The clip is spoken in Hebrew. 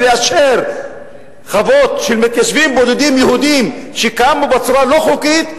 לאשר חוות של מתיישבים בודדים יהודים שקמו בצורה לא חוקית,